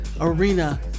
arena